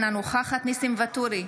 אינה נוכחת ניסים ואטורי,